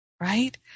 Right